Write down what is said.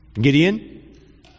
Gideon